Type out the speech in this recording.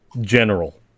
general